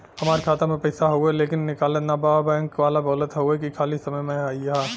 हमार खाता में पैसा हवुवे लेकिन निकलत ना बा बैंक वाला बोलत हऊवे की खाली समय में अईहा